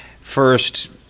First